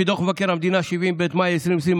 לפי דוח מבקר המדינה 70ב' מאי 2020,